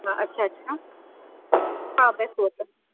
ہاں اچھا اچھا ہاں بیسٹ ہوتا ہے